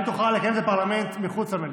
אם תוכל לקיים את הפרלמנט מחוץ למליאה.